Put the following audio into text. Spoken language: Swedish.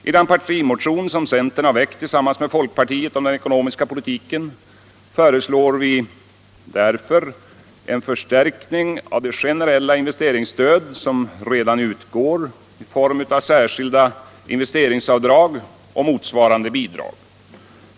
I den partimotion som centern väckt tillsammans med folkpartiet om den ekonomiska politiken föreslår vi därför en förstärkning av det generella investeringsstöd, som redan utgår i form av särskilda investeringsavdrag och motsvarande bidrag.